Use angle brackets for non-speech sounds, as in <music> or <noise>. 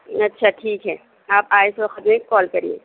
اچھا ٹھیک ہے آپ آئے تو <unintelligible> کال کریے